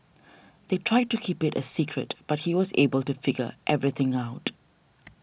they tried to keep it a secret but he was able to figure everything out